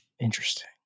Interesting